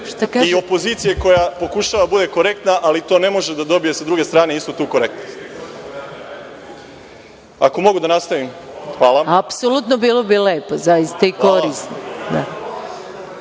i opozicije koja pokušava da bude korektna, ali to ne može da dobije sa druge strane istu tu korektnost. Ako mogu da nastavim. Hvala. **Maja Gojković** Apsolutno, bilo bi lepo, zaista i korisno.